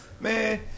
man